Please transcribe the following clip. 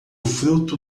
fruto